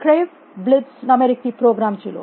crave Blitz নামের একটি program ছিল